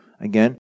again